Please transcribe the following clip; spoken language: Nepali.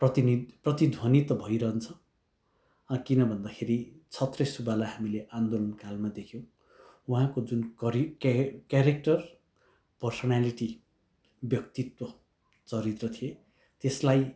प्रतिनिध प्रतिध्वनित भइरहन्छ किन भन्दाखेरि छत्रे सुब्बालाई हामीले आन्दोलन कालमा देख्यौँ उहाँको जुन करि के क्यारेक्टर पर्सन्यालिटी व्यक्तित्व चरित्र थिए त्यसलाई